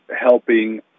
helping